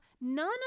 none